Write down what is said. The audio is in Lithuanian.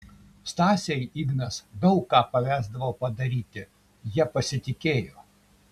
stasei ignas daug ką pavesdavo padaryti ja pasitikėjo